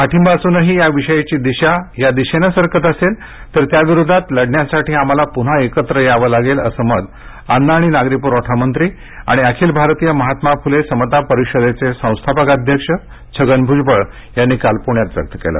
पाठिंबा असूनही या विषयाची दिशा या दिशेने सरकत असेल तर त्याविरोधात लढण्यासाठी आम्हाला पुन्हा एकत्र यावं लागेल असं मत अन्न आणि नागरी पुरवठा मंत्री आणि अखिल भारतीय महात्मा फुले समता परिषदेचे संस्थापक अध्यक्ष छगन भूजबळ यांनी काल पुण्यात व्यक्त केलं